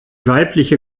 weibliche